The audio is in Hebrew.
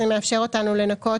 זה מאפשר לנו לנכות